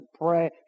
pray